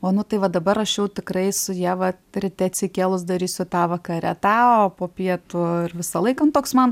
o nu tai va dabar aš jau tikrai su ieva ryte atsikėlus darysiu tą vakare tą o po pietų visą laiką nu toks man